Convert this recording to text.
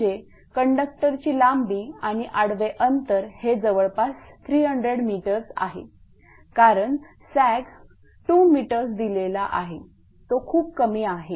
म्हणजे कंडक्टरची लांबी आणि आडवे अंतर हे जवळपास 300 m आहे कारण सॅग 2 m दिला आहे तो खूप कमी आहे